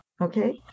Okay